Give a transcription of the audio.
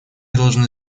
должны